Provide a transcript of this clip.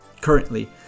currently